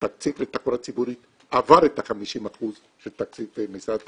התקציב לתחבורה ציבורית עבר את ה-50% של תקציב משרד התחבורה,